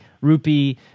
rupee